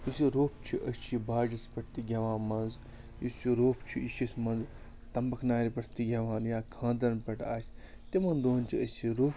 یُس یہِ روٚپھ چھِ أسۍ چھِ یہِ باجَس پٮ۪ٹھ تہِ گٮ۪وان منٛزٕ یُس یہِ روٚپھ چھِ یہِ چھِ أسۍ منٛزٕ تَمبکھ نارِ پٮ۪ٹھ تہِ گٮ۪وان یا خانٛدرَن پٮ۪ٹھ آسہِ تِمَن دۄہَن چھِ أسۍ یہِ روٚف